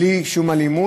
בלי שום אלימות.